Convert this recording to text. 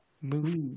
movie